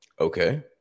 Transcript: Okay